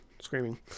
screaming